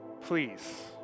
please